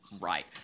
right